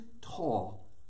tall